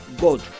God